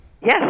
Yes